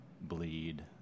bleed